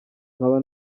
nkaba